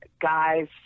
guy's